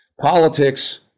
Politics